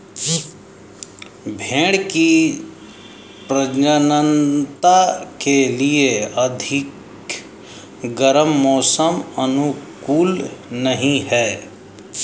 भेंड़ की प्रजननता के लिए अधिक गर्म मौसम अनुकूल नहीं है